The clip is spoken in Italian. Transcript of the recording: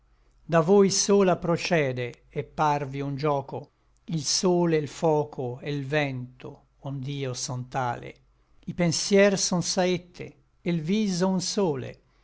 da voi sola procede et parvi un gioco il sole e l foco e l vento ond'io son tale i pensier son saette e l viso un sole